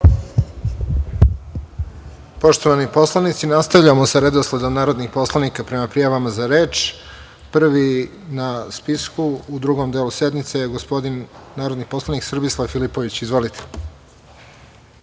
Poštovani poslanici, nastavljamo sa redosledom narodnih poslanika prema prijavama za reč. Prvi na spisku u drugom delu sednice je gospodin narodni poslanik Srbislav Filipović. Izvolite.